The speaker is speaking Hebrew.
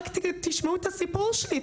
רק תשמעו את הסיפור שלי,